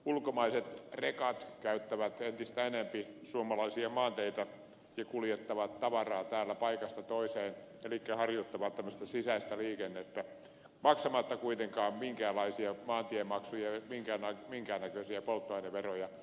ulkomaiset rekat käyttävät entistä enempi suomalaisia maanteitä ja kuljettavat tavaraa täällä paikasta toiseen elikkä harjoittavat tämmöistä sisäistä liikennettä maksamatta kuitenkaan minkäänlaisia maantiemaksuja minkään näköisiä polttoaineveroja